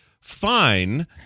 fine